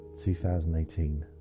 2018